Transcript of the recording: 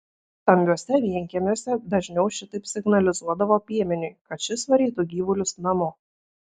stambiuose vienkiemiuose dažniau šitaip signalizuodavo piemeniui kad šis varytų gyvulius namo